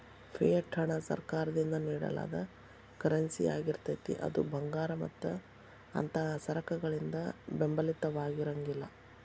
fiat ಹಣ ಸರ್ಕಾರದಿಂದ ನೇಡಲಾದ ಕರೆನ್ಸಿಯಾಗಿರ್ತೇತಿ ಅದು ಭಂಗಾರ ಮತ್ತ ಅಂಥಾ ಸರಕಗಳಿಂದ ಬೆಂಬಲಿತವಾಗಿರಂಗಿಲ್ಲಾ